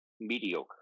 mediocre